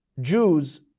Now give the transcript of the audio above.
Jews